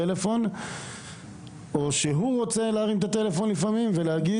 טלפון או שניתאי בעצמו מבקש להרים אליה טלפון ולהגיד